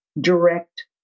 direct